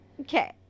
okay